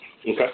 Okay